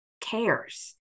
cares